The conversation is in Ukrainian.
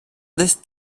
десь